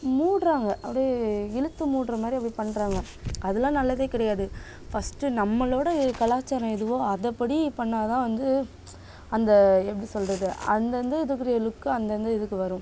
மூடுறாங்க அப்டி இழுத்து மூடுற மாதிரி அப்டி பண்ணுறாங்க அதலாம் நல்லதே கிடையாது ஃபர்ஸ்ட் நம்மளோட கலாச்சாரம் எதுவோ அதைப்படி பண்ணால் தான் வந்து அந்த எப்படி சொல்கிறது அந்தந்த இதுக்குரிய லுக் அந்தந்த இதுக்கு வரும்